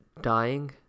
Dying